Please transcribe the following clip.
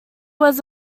was